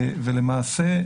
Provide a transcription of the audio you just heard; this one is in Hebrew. למעשה,